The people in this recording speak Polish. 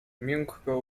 miękko